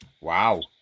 Wow